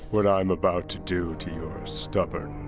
what i'm about to do to your stubborn,